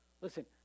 Listen